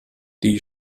die